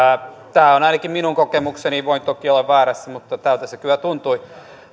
tämä on ainakin minun kokemukseni voin toki olla väärässä mutta tältä se kyllä tuntui